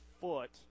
foot